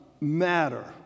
matter